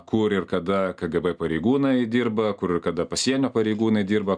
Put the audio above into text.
kur ir kada kgb pareigūnai dirba kur kada pasienio pareigūnai dirba